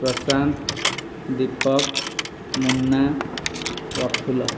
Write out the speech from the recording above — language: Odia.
ପ୍ରଶାନ୍ତ ଦୀପକ ମୁନା ପ୍ରଫୁଲ୍ଲ